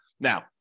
Now